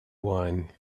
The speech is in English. wine